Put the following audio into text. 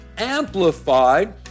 amplified